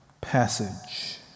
passage